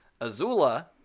Azula